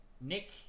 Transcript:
Nick